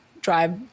drive